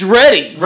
ready